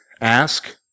ask